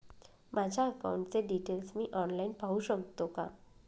माझ्या अकाउंटचे डिटेल्स मी ऑनलाईन पाहू शकतो का?